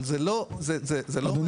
אבל זה לא, לא מה שהחברות אומרות.